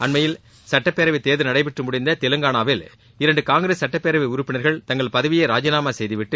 அண்மையில் சட்டப் பேரவைத் தேர்தல் நடைபெற்று முடிந்த தெலங்கானாவில் இரண்டு காங்கிரஸ் சட்டப் பேரவை உறுப்பினர்கள் தங்கள் பதவியை ராஜினாமா செய்துவிட்டு